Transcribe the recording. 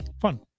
fun